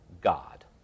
God